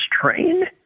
train